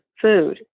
food